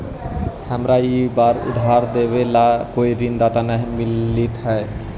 हमारा ई बार उधार देवे ला कोई ऋणदाता नहीं मिलित हाई